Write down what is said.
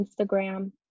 Instagram